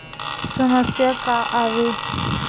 समस्या का आवे?